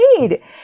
need